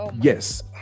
yes